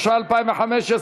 התשע"ה 2015,